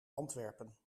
antwerpen